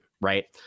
right